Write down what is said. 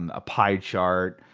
and a pie chart.